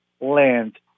land